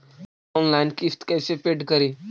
Online किस्त कैसे paid करि?